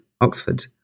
Oxford